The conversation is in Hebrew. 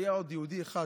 היה עוד יהודי אחד